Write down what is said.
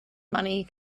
money